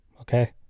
Okay